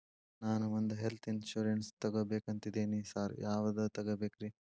ನಾನ್ ಒಂದ್ health insurance ತಗಬೇಕಂತಿದೇನಿ sir ಯಾವದ ತಗಬೇಕ್ರಿ?